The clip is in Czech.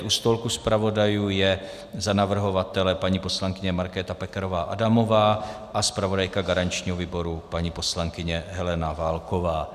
U stolku zpravodajů je za navrhovatele paní poslankyně Markéta Pekarová Adamová a zpravodajka garančního výboru paní poslankyně Helena Válková.